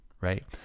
Right